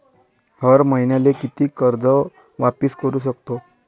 हर मईन्याले कितीक कर्ज वापिस करू सकतो?